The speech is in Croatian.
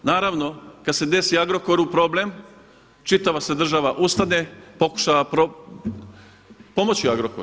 Naravno kada se desi Agrokoru problem čitava se država ustane, pokušava pomoći Agrokoru.